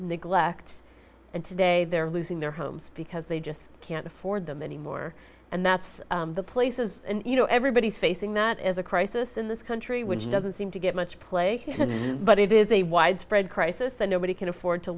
neglect and today they're losing their homes because they just can't afford them anymore and that's the places you know everybody is facing that as a crisis in this country which doesn't seem to get much play but it is a widespread crisis that nobody can afford to